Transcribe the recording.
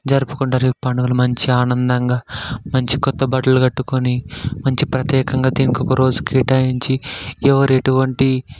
జరుపుకుంటారు ఈ పండుగలు మంచిగా ఆనందంగా మంచి కొత్తబట్టలు కట్టుకుని మంచి ప్రత్యేకంగా దీనికి ఒకరోజు కేటాయించి ఎవరెటువంటి